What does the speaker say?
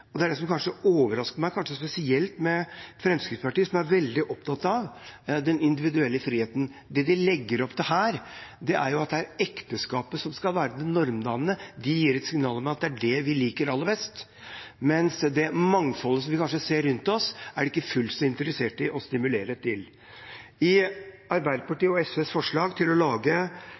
Det er det som overrasker meg, kanskje spesielt med Fremskrittspartiet, som er veldig opptatt av den individuelle friheten. Det de legger opp til her, er at det er ekteskapet som skal være normdannende. Det gir et signal om at det er det de liker aller best, mens det mangfoldet vi ser rundt oss, er de ikke fullt så interessert i å stimulere til. I Arbeiderpartiet og SVs forslag om å lage